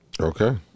Okay